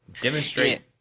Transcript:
demonstrate